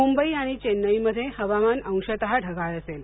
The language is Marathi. मुंबईत आणि चेन्नई मध्ये हवामान अंशतः ढगाळ असेल